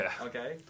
Okay